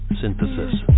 synthesis